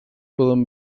poden